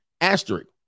asterisk